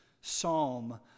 psalm